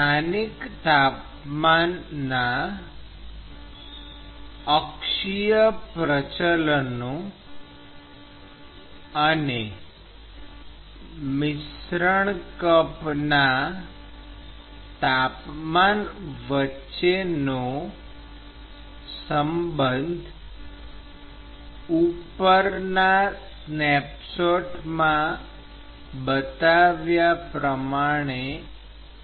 સ્થાનિક તાપમાનના અક્ષીય પ્રચલનો અને મિશ્રણ કપના તાપમાન વચ્ચેનો સંબંધ ઉપરના સ્નેપશોટમાં બતાવ્યા પ્રમાણે છે